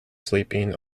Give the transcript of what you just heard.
sleeping